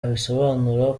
abisobanura